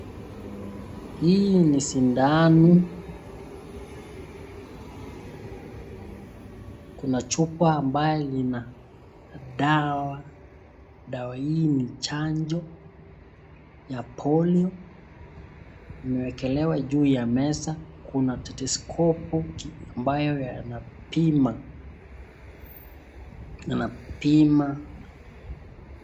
Hii ni sindano. Kuna chupa ambayo ina dawa; dawa hii ni chanjo ya polio. Imewekelewa juu ya meza. Kuna stethoskopu ambayo inapima, inapima.